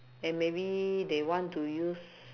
and maybe they want to use